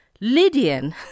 Lydian